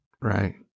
right